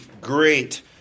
great